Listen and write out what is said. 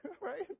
right